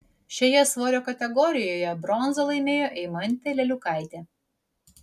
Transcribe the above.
šioje svorio kategorijoje bronzą laimėjo eimantė leliukaitė